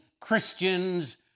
Christians